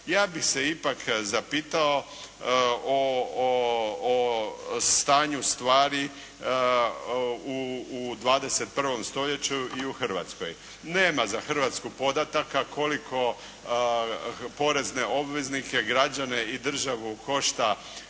ja bih se ipak zapitao o stanju stvari u 21. stoljeću i u Hrvatskoj. Nema za Hrvatsku podataka koliko porezne obveznike, građane i državu košta